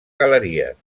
galeries